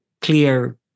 clear